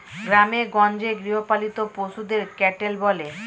গ্রামেগঞ্জে গৃহপালিত পশুদের ক্যাটেল বলে